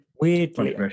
weirdly